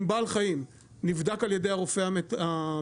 אם בעל חיים נבדק על ידי הרופא המטפל,